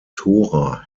tora